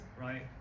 right